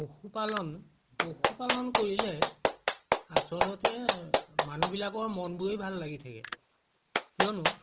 পশুপালন পশুপালন কৰিলে আচলতে মানুহবিলাকৰ মনবোৰেই ভাল লাগি থাকে কিয়নো